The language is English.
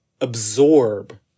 absorb